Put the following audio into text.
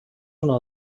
una